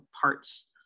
parts